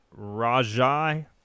Rajai